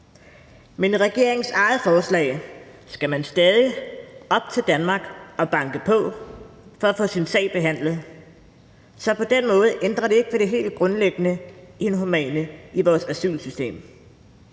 med regeringens eget forslag skal man stadig op til Danmark og banke på for at få sin sag behandlet. Så på den måde ændrer det ikke ved det helt grundlæggende inhumane i vores asylsystem.